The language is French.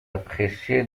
apprécié